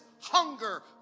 hunger